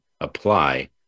apply